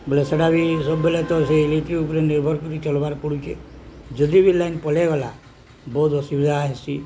ବୋଲେ ସେଇଟା ବି ସବୁବେଳେ ତ ସେଇ ଇଲେକ୍ଟ୍ରିକ୍ ଉପରେ ନିର୍ଭର କରି ଚଲ୍ବାର୍ ପଡ଼ୁଛେ ଯଦି ବି ଲାଇନ୍ ପଳେଇଗଲା ବହୁତ ଅସୁବିଧା ହେସି